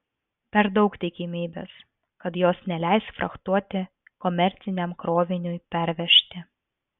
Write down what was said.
per daug tikimybės kad jos neleis frachtuoti komerciniam kroviniui pervežti